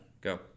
Go